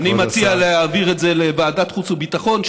אני מציע להעביר את זה לוועדת החוץ והביטחון.